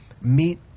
meet